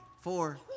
four